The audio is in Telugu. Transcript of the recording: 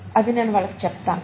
అది నేను వాళ్లకి చెప్తాను